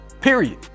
Period